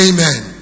Amen